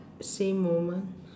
same moment